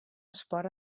esport